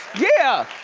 yeah.